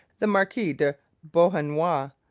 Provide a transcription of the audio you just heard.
the marquis de beauharnois.